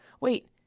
wait